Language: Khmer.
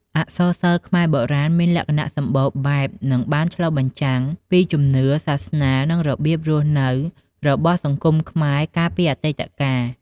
អក្សរសិល្ប៍ខ្មែរបុរាណមានលក្ខណៈសម្បូរបែប និងបានឆ្លុះបញ្ចាំងពីជំនឿ សាសនា និងរបៀបរស់នៅរបស់សង្គមខ្មែរកាលពីអតីតកាល។